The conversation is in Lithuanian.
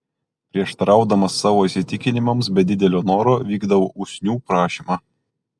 prieštaraudamas savo įsitikinimams be didelio noro vykdau usnių prašymą